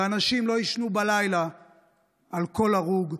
ואנשים לא יישנו בלילה על כל הרוג,